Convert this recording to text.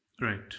right